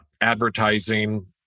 Advertising